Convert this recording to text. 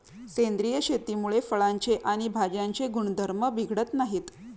सेंद्रिय शेतीमुळे फळांचे आणि भाज्यांचे गुणधर्म बिघडत नाहीत